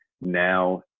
now